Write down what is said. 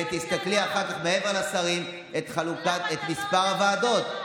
ותסתכלי אחר כך, מעבר לשרים, על מספר הוועדות.